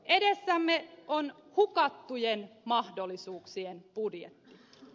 edessämme on hukattujen mahdollisuuksien budjetti